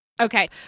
Okay